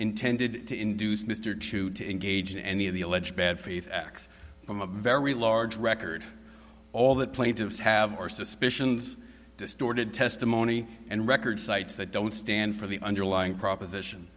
intended to induce mr chu to engage in any of the alleged bad faith acts from a very large record all the plaintiffs have more suspicions distorted testimony and record sites that don't stand for the underlying proposition